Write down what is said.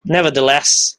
nevertheless